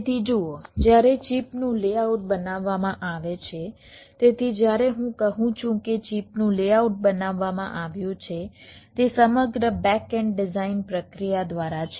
તેથી જુઓ જ્યારે ચિપ નું લેઆઉટ બનાવવામાં આવે છે તેથી જ્યારે હું કહું છું કે ચિપનું લેઆઉટ બનાવવામાં આવ્યું છે તે સમગ્ર બેક એન્ડ ડિઝાઇન પ્રક્રિયા દ્વારા છે